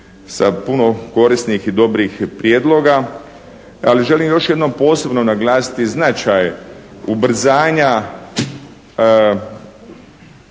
sa puno korisnih i dobrih prijedloga, ali želim još jednom posebno naglasiti značaj ubrzanja